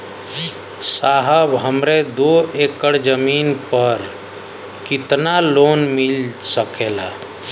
साहब हमरे दो एकड़ जमीन पर कितनालोन मिल सकेला?